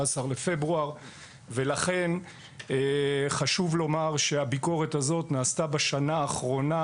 בפברואר ולכן חשוב לומר שהביקורת הזאת נעשתה בשנה האחרונה,